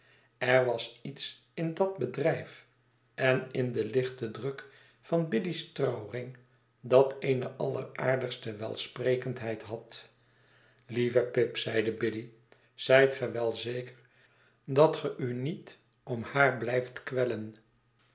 er was ietsin datbedrijf en in den lichten druk van biddy's trouwring dat eene alleraardigste welsprekendheid had lieve pip zeide biddy zijt ge wel zeker dat ge u niet ora haar blijft kwellen